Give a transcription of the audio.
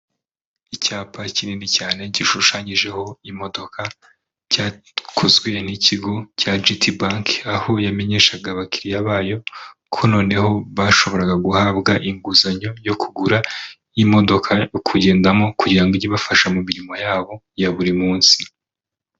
Icyapa kinini cyane gishushanyijeho imodoka, cyakozwe n'ikigo cya giti banki, aho yamenyeshaga abakiriya bayo ko noneho bashoboraga guhabwa inguzanyo yo kugura y'imodoka yo kugendamo kugirangwige ibafasha mu mirimo yabo ya buri munsi.